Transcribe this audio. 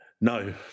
No